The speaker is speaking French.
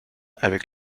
avec